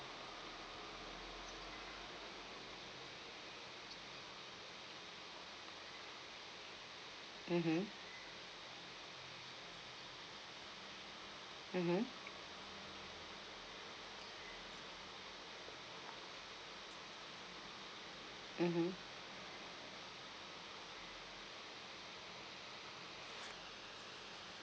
mmhmm mmhmm mmhmm